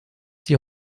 sie